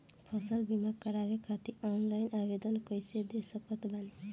फसल बीमा करवाए खातिर ऑनलाइन आवेदन कइसे दे सकत बानी?